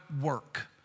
work